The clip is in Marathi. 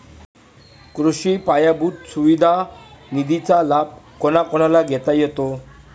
कृषी पायाभूत सुविधा निधीचा लाभ कोणाकोणाला घेता येतो?